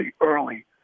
early